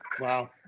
Wow